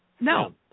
No